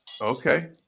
Okay